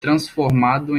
transformado